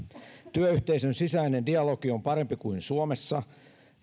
työyhteisön sisäinen dialogi on parempi kuin suomessa